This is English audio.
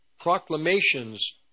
proclamations